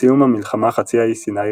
בסיום המלחמה חצי האי סיני,